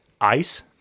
ice